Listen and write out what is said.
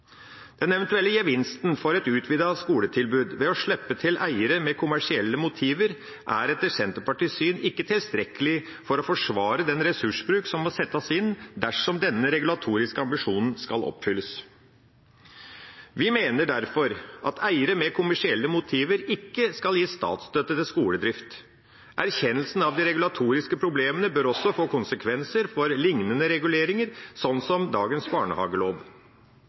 Den eventuelle gevinsten for et utvidet skoletilbud ved å slippe til eiere med kommersielle motiver, er etter Senterpartiets syn ikke tilstrekkelig for å forsvare den ressursbruk som må settes inn dersom denne regulatoriske ambisjonen skal oppfylles. Vi mener derfor at eiere med kommersielle motiver ikke skal gis statsstøtte til skoledrift. Erkjennelsen av de regulatoriske problemene bør også få konsekvenser for lignende reguleringer – slik som dagens barnehagelov.